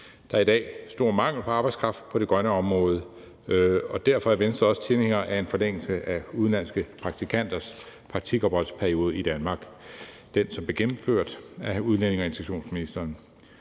Der er i dag stor mangel på arbejdskraft på det grønne område, og derfor er Venstre også tilhænger af en forlængelse af udenlandske praktikanters praktikopholdsperiode i Danmark, som blev gennemført af udlændinge- og integrationsministeren.